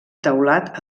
teulat